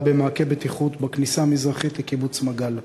במעקה בטיחות בכניסה המזרחית לקיבוץ מגל.